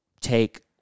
take